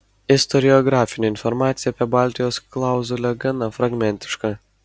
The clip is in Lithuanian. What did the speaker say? istoriografinė informacija apie baltijos klauzulę gana fragmentiška